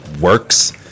works